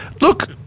look